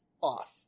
off